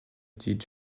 dit